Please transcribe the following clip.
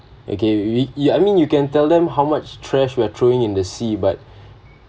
okay y~ we you I mean you can tell them how much trash we're throwing in the sea but